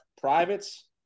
privates